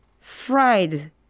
fried